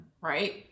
right